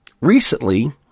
recently